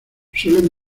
suelen